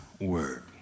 word